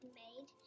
made